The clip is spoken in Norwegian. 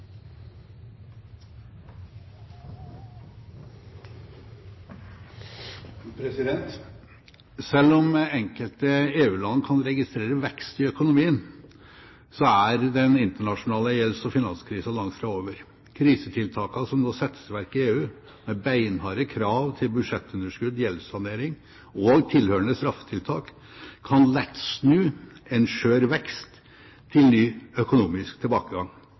den internasjonale gjelds- og finanskrisen langt fra over. Krisetiltakene som nå settes i verk i EU, med beinharde krav til budsjettunderskudd, gjeldssanering og tilhørende straffetiltak, kan lett snu en skjør vekst til ny økonomisk tilbakegang.